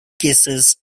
cases